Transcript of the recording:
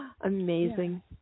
Amazing